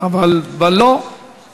ולא, לא, לא.